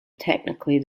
technically